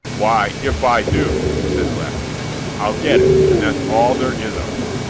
why, if i do, said blackbeard, i get it, and that's all there is of it.